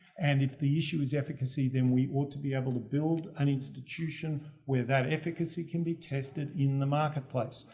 and if the issue is efficacy then we ought to be able to build an institution where that efficacy can be tested in the marketplace.